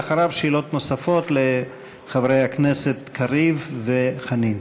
ואחריו, שאלות נוספות לחברי הכנסת קריב וחנין.